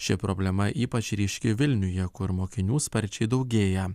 ši problema ypač ryški vilniuje kur mokinių sparčiai daugėja